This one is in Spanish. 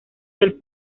del